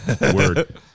Word